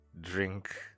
drink